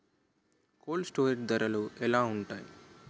Cold storage ధరలు ఎలా ఉంటాయి?